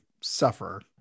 suffer